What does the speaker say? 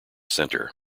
center